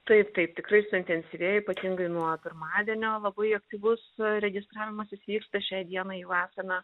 taip tai tikrai suintensyvėja ypatingai nuo pirmadienio labai aktyvus registravimasis vyksta šiai dienai jau esame